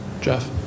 Jeff